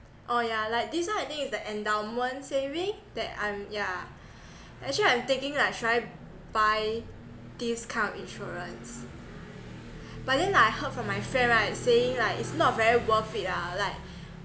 oh yeah like this one I think is the endowment saving that I'm yeah actually I'm thinking like should I buy this kind of insurance but then I heard from my friend right saying like it's not very worth it lah like